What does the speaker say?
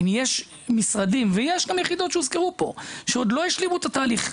אם יש משרדים - ויש גם יחידות שהוזכרו פה ועוד לא השלימו את התהליך,